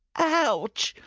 ouch!